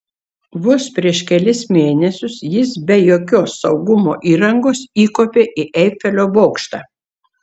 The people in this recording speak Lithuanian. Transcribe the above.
vos prieš kelis mėnesius jis be jokios saugumo įrangos įkopė į eifelio bokštą